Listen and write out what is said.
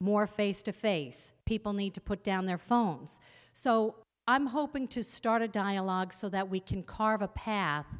more face to face people need to put down their phones so i'm hoping to start a dialogue so that we can carve a path